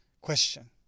question